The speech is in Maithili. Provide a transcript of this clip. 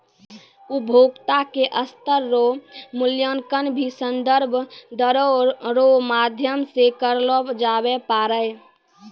उपभोक्ता के स्तर रो मूल्यांकन भी संदर्भ दरो रो माध्यम से करलो जाबै पारै